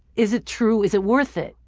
is it true? is it worth it?